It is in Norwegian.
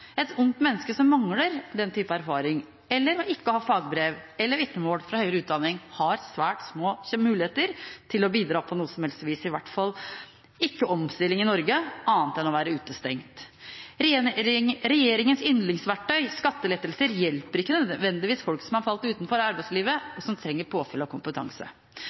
Et ungt menneske som mangler den type erfaring, eller ikke har fagbrev eller et vitnemål fra høyere utdanning, har svært små muligheter til å bidra på noe vis, i hvert fall ikke omstilling i Norge – annet enn å være utestengt. Regjeringens yndlingsverktøy, skattelettelser, hjelper ikke nødvendigvis folk som har falt utenfor arbeidslivet, og som trenger påfyll av kompetanse.